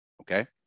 Okay